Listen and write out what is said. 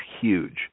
huge